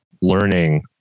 learning